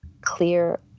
clear